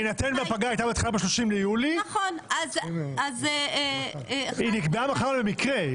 בהינתן אם הפגרה הייתה מתחילה ב-30 ביולי --- היא נקבעה בכלל במקרה,